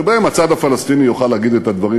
שבו הצד הפלסטיני יוכל להגיד את הדברים